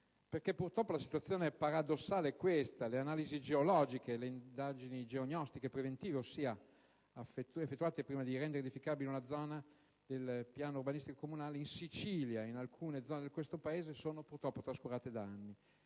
purtroppo, la situazione paradossale è questa: le analisi geologiche e le indagini geognostiche preventive, ossia quelle effettuate prima di rendere edificabile una zona del piano urbanistico comunale, in Sicilia e in alcune zone del Paese purtroppo sono trascurate da anni.